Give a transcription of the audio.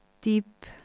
Deep